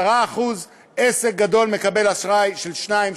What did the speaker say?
10%; עסק גדול מקבל אשראי ב-2%,